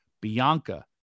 Bianca